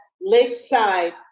lakeside